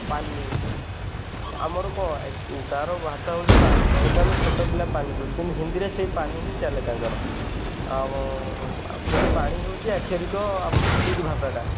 ପାନି ଆମର କ'ଣ ତାର ଭାଷା ହେଉଛି ପାଣି କିନ୍ତୁ ଆମେ ଛୋଟ ପିଲା ପାନି କହୁଛୁ କିନ୍ତୁ ହିନ୍ଦୀରେ ସେଇ ପାନି ହିଁ ଚାଲେ ତାଙ୍କର ଆଉ କିନ୍ତୁ ପାଣି ହେଉଛି ଆକ୍ଷରିକ ଆମ ଠିକ୍ ଭାଷାଟା